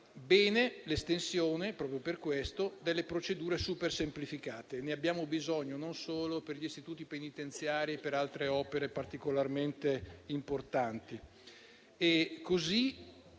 bene l'estensione, proprio per questo, delle procedure supersemplificate, perché ne abbiamo bisogno non solo per gli istituti penitenziari e per altre opere particolarmente importanti.